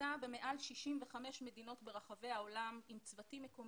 פרוסה במעל 65 מדינות ברחבי העולם עם צוותים מקומיים,